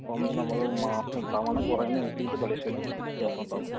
അപ്പം നമ്മൾ മാസം തവണ കുറയുന്നതനുസരിച്ച് പലിശയിലും വ്യത്യാസമുണ്ടാകും